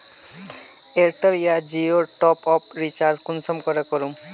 Airtel या जियोर top up recharge कुंसम करे करूम?